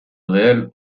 réelle